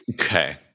Okay